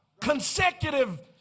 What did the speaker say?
Consecutive